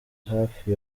hafi